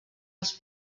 els